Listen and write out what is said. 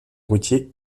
routier